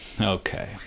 okay